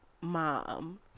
mom